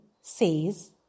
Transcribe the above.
says